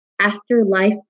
afterlife